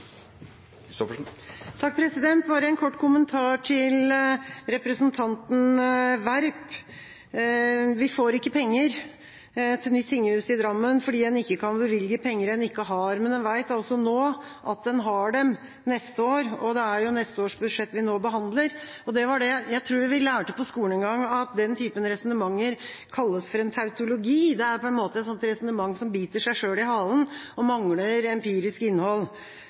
bare en kort kommentar til representanten Werp. Vi får ikke penger til nytt tinghus i Drammen fordi en ikke kan bevilge penger en ikke har, men en vet nå at en har dem neste år, og det er jo neste års budsjett vi nå behandler. Jeg tror vi lærte på skolen en gang at den typen resonnement kalles for en tautologi. Det er – på en måte – et sånt resonnement som biter seg selv i halen og mangler empirisk innhold.